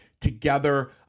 together